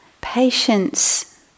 patience